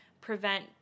prevent